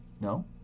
No